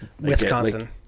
Wisconsin